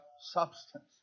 substance